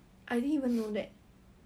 the the show